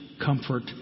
comfort